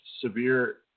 severe